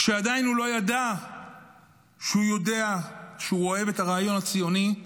כשעדיין הוא לא ידע שהוא יודע שהוא אוהב את הרעיון הציוני,